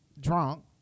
drunk